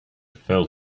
fell